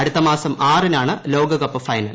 അടുത്ത മാസം ആറിനാണ് ലോകകപ്പ് ഫൈനൽ